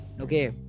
okay